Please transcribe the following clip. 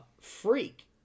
Freak